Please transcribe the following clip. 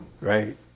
right